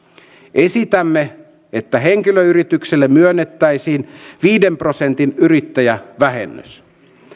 esitämme että henkilöyrityksille myönnettäisiin viiden prosentin yrittäjävähennys